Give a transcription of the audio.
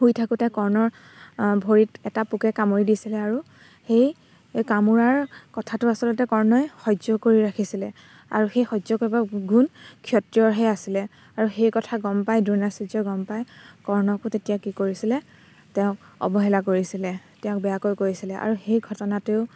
শুই থাকোঁতে কৰ্ণৰ ভৰিত এটা পোকে কামুৰি দিছিলে আৰু সেই এই কামোৰাৰ কথাটো আচলতে কৰ্ণই সহ্য কৰি ৰাখিছিলে আৰু সেই সহ্য কৰিব পৰা গুণ ক্ষত্ৰিয়ৰহে আছিলে আৰু সেই কথা গম পাই দ্ৰোণাচাৰ্যই গম পাই কৰ্ণকো তেতিয়া কি কৰিছিলে তেওঁক অৱহেলা কৰিছিলে তেওঁক বেয়াকৈ কৈছিলে আৰু সেই ঘটনাটোৱেও